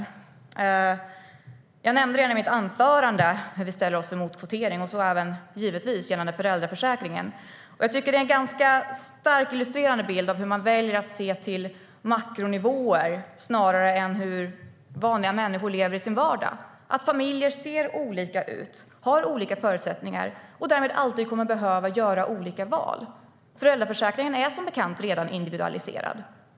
Jag nämnde redan i mitt anförande att vi ställer oss emot kvotering, och så även gällande föräldraförsäkringen. Föräldraförsäkringen är som bekant redan individualiserad.